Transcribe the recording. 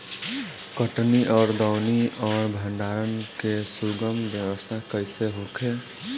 कटनी और दौनी और भंडारण के सुगम व्यवस्था कईसे होखे?